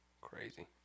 crazy